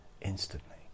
instantly